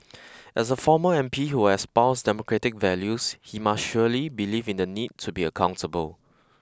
as a former M P who espoused democratic values he must surely believe in the need to be accountable